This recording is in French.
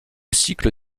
cycle